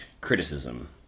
criticism